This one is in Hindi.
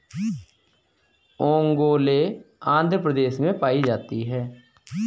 ओंगोले आंध्र प्रदेश में पाई जाती है